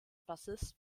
bassist